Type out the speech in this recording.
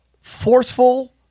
forceful